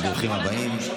ברוכים הבאים.